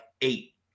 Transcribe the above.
eight